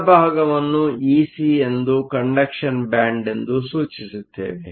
ಕೆಳಭಾಗವನ್ನು EC ಎಂದು conduction ಬ್ಯಾಂಡ್Conduction band ಎಂದು ಸೂಚಿಸುತ್ತೇವೆ